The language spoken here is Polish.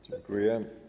Dziękuję.